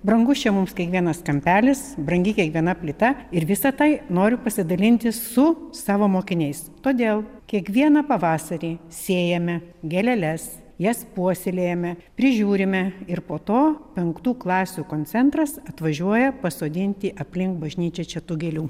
brangus čia mums kiekvienas kampelis brangi kiekviena plyta ir visa tai noriu pasidalinti su savo mokiniais todėl kiekvieną pavasarį sėjame gėleles jas puoselėjame prižiūrime ir po to penktų klasių koncentras atvažiuoja pasodinti aplink bažnyčią čia tų gėlių